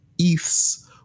ETHs